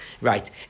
right